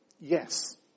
Yes